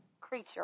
creature